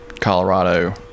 Colorado